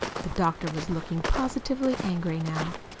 the doctor was looking positively angry now.